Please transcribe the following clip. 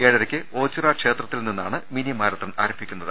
ഏഴരക്ക് ഓച്ചിറ ക്ഷേത്രത്തിൽ നിന്നാണ് മിനി മാരത്തൺ ആരംഭിക്കുന്നത്